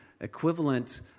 equivalent